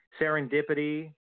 Serendipity